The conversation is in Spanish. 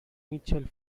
mitchell